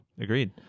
agreed